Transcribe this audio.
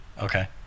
Okay